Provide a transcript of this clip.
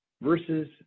versus